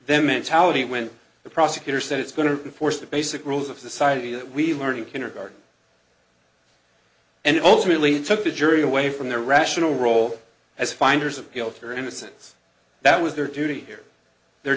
them mentality when the prosecutor said it's going to enforce the basic rules of society that we learned in kindergarten and ultimately took the jury away from their rational role as finders of guilt or innocence that was their duty here the